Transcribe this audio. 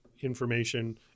information